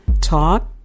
Talk